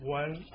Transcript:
one